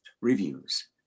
reviews